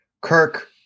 Kirk